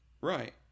Right